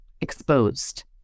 exposed